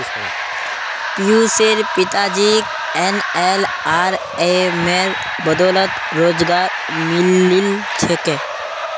पियुशेर पिताजीक एनएलआरएमेर बदौलत रोजगार मिलील छेक